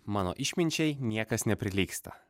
mano išminčiai niekas neprilygsta